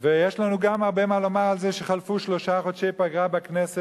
ויש לנו גם הרבה מה לומר על זה שחלפו שלושה חודשי פגרת הכנסת,